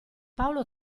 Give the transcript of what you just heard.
paolo